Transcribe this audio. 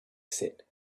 said